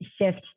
shift